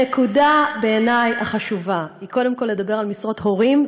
הנקודה החשובה בעיני היא קודם כול לדבר על "משרות הורים",